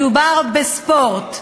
מדובר בספורט.